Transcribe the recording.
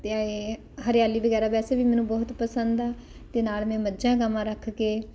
ਅਤੇ ਹਰਿਆਲੀ ਵਗੈਰਾ ਵੈਸੇ ਵੀ ਮੈਨੂੰ ਬਹੁਤ ਪਸੰਦ ਆ ਅਤੇ ਨਾਲ ਮੈਂ ਮੱਝਾਂ ਗਾਵਾਂ ਰੱਖ ਕੇ